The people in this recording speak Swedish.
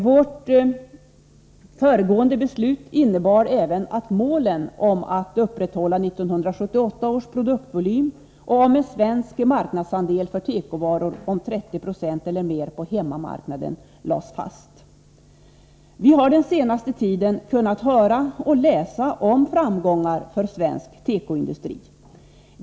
Vårt föregående beslut innebar även att målen att upprätthålla 1978 års produktionsvolym och en svensk marknadsandel för tekovaror om 30 90 eller mer på hemmamarknaden lades fast. Vi har den senaste tiden kunnat höra och läsa om framgångar för svensk tekoindustri.